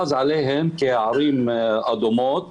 הוכרז עליהם כערים אדומות,